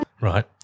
Right